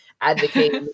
advocate